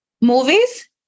Movies